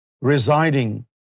residing